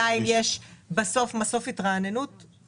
יש את השאלה אם בסוף יש מסוף התרעננות ראוי,